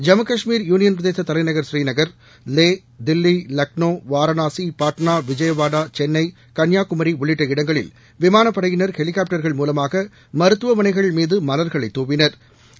ஜம்மு காஷ்மீர் யூளியன்பிரதேசதலைநகர் புரீநகர் லே தில்லி லக்னோ வாரணாசி பாட்னா விஜயவாடா சென்னை கன்னியாகுமிஉள்ளிட்ட இடங்களில் விமானப்படையினர் ஹெலிகாப்டர்கள் மூலமாகமருத்துவமனைகள்மீதமலா்களை காவினா்